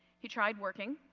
he tried working.